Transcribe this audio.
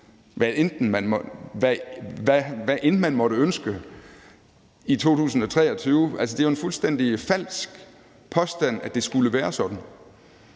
hvad end man måtte ønske – i 2023. Det er jo en fuldstændig falsk påstand, at det skulle være sådan.